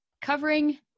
covering